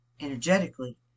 Energetically